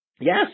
yes